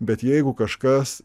bet jeigu kažkas